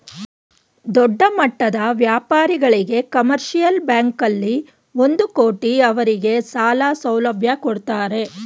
ದೊಡ್ಡಮಟ್ಟದ ವ್ಯಾಪಾರಿಗಳಿಗೆ ಕಮರ್ಷಿಯಲ್ ಬ್ಯಾಂಕಲ್ಲಿ ಒಂದು ಕೋಟಿ ಅವರಿಗೆ ಸಾಲ ಸೌಲಭ್ಯ ಕೊಡ್ತಾರೆ